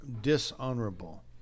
dishonorable